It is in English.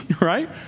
right